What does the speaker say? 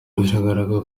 biragaragara